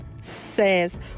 says